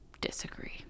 Disagree